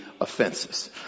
offenses